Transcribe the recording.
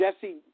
Jesse